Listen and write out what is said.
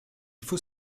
faut